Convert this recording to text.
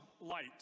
light